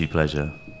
Pleasure